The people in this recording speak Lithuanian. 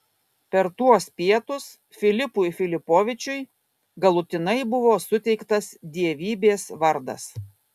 per tuos pietus filipui filipovičiui galutinai buvo suteiktas dievybės vardas